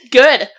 good